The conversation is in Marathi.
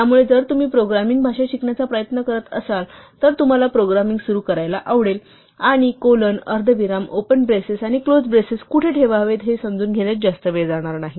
त्यामुळे जर तुम्ही प्रोग्रामिंग भाषा शिकण्याचा प्रयत्न करत असाल तर तुम्हाला प्रोग्रामिंग सुरू करायला आवडेल आणि कोलन अर्धविराम ओपन ब्रेसेस आणि क्लोज ब्रेसेस कुठे ठेवावेत हे समजून घेण्यात जास्त वेळ जाणार नाही